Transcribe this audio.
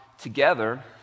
together